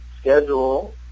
schedule